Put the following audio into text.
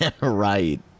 right